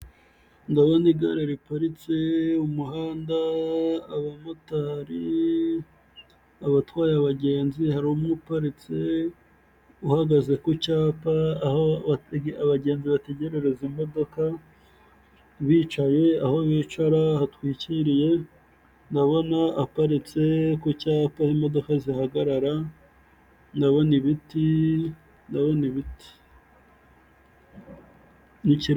Ndabona igare riparitse, umuhanda, abamotari, abatwaye abagenzi, hari umwe uparitse uhagaze ku cyapa aho abagenzi bategerereza imodoka bicaye, aho bicara hatwikiriye, ndabona aparitse ku cyapa aho imodoka zihagarara, ndabona ibiti, ndabona ibiti.